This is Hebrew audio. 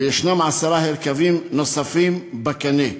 ויש עשרה הרכבים נוספים בקנה,